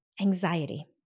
anxiety